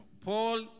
Paul